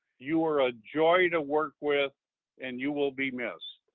you are a joy to work with and you will be missed.